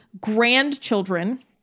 grandchildren